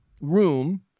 room